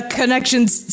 connection's